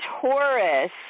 Taurus